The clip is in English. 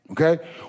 Okay